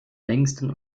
längsten